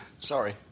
Sorry